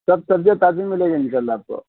سب سبزیاں تازی ملے گی اِنشاء اللہ آپ کو